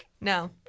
No